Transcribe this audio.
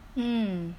mm